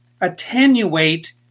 attenuate